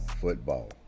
football